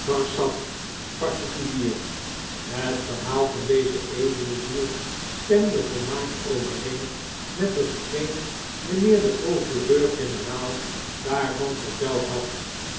barsad particulier het verhaal van deze edele ziel stemde volmaakt overeen met hetgeen mijnheer de procureur-generaal daarvan verteld had